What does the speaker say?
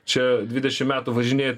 čia dvidešim metų važinėt